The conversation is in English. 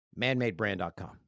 manmadebrand.com